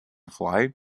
fly